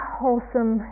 wholesome